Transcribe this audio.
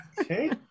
okay